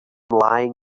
lying